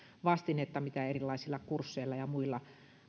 vastinetta mitä erilaisilla kursseilla ja muilla